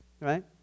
Right